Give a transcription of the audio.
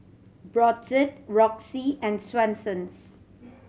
Brotzeit Roxy and Swensens